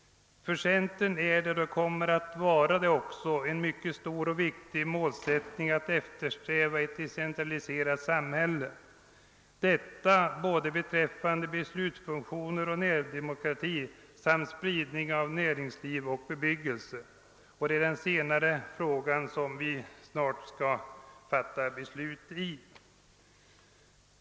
För centern är det och kommer också att vara mycket viktigt att eftersträva ett decentraliserat samhälle både beträffande beslutsfunktioner och närdemokrati samt beträffande spridning av näringsliv och bebyggelse. Det är i den senare frågan som vi snart skall fatta beslut.